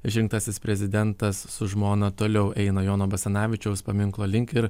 išrinktasis prezidentas su žmona toliau eina jono basanavičiaus paminklo link ir